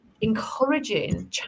encouraging